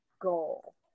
goal